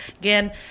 again